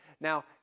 Now